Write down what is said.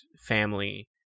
family